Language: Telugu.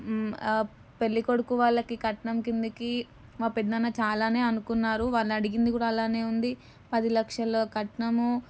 ఆ పెళ్ళికొడుకు వాళ్ళకి కట్నం క్రిందికి మా పెదనాన్న చాలానే అనుకున్నారు వాళ్ళు అడిగింది కూడా అలానే ఉంది పదిలక్షల కట్నము